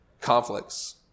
conflicts